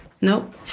Nope